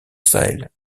sahel